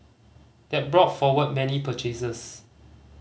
that brought forward many purchases